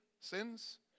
sins